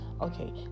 Okay